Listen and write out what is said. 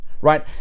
right